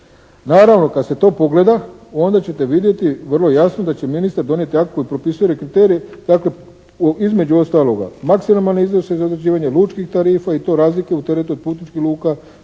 Naravno, kada se to pogleda onda ćete vidjeti vrlo jasno da će ministar donijeti akt koji propisuje kriterij. Dakle, između ostaloga maksimalne iznose za određivanje lučkih tarifa i to razlike u teretu od putničkih luka,